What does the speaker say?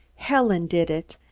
helen did it!